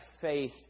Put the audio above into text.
faith